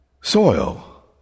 soil